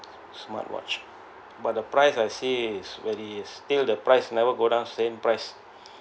smart watch but the price I sees is very still the price never go down same price